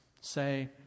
say